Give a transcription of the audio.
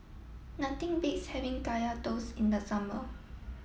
nothing beats having Kaya Toast in the summer